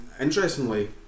interestingly